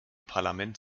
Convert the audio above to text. parlament